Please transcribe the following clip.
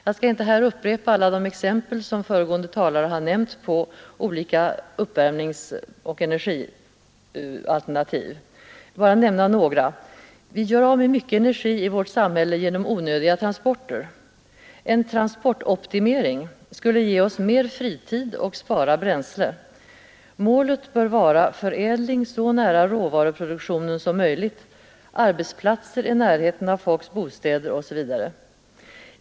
Jag skall här inte upprepa alla de exempel som föregående talare har anfört på olika uppvärmningsoch energialternativ utan vill bara nämna några. Vi gör av med mycken energi i vårt samhälle genom onödiga transporter. En transportoptimering skulle ge oss mer fritid och spara bränsle. Målet bör vara förädling så nära råvaruproduktionen som möjligt, arbetsplatser i närheten av människors bostäder osv.